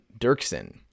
dirksen